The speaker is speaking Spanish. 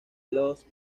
lost